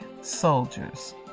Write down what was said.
soldiers